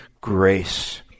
grace